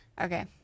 Okay